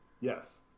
yes